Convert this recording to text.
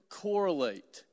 correlate